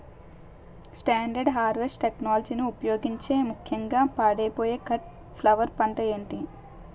Standard harvest టెక్నాలజీని ఉపయోగించే ముక్యంగా పాడైపోయే కట్ ఫ్లవర్ పంట ఏది?